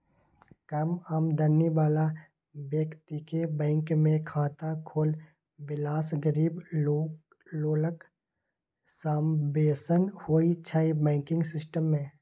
कम आमदनी बला बेकतीकेँ बैंकमे खाता खोलबेलासँ गरीब लोकक समाबेशन होइ छै बैंकिंग सिस्टम मे